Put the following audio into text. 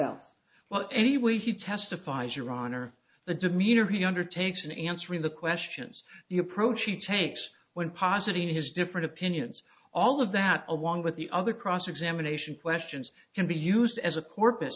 else well anyway he testifies your honor the demeanor he undertakes in answering the questions the approach he takes when positing his different opinions all of that along with the other cross examination questions can be used as a corpus